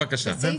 עם